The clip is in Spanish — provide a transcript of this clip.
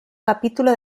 capítulo